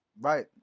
Right